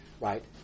right